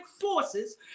forces